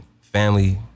family